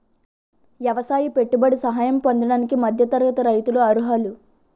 ఎవసాయ పెట్టుబడి సహాయం పొందడానికి మధ్య తరగతి రైతులు అర్హులు